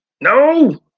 No